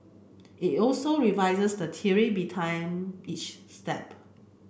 it also revises the theory each step